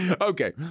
Okay